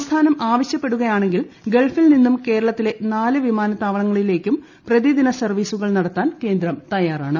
സംസ്ഥാനം ആവശ്യപ്പെടുകയാണെങ്കിൽ ഗൾഫിൽ നിന്നും കേരളത്തിലെ നാല് വിമാനത്താവളങ്ങളിലേക്കും പ്രതിദിന സർവ്വീസുകൾ നടത്താൻ കേന്ദ്രം തയ്യാറാണ്